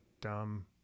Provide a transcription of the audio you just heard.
dumb